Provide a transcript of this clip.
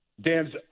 Dan's